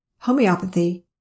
homeopathy